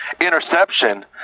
interception